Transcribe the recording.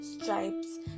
stripes